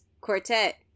Quartet